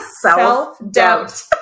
Self-doubt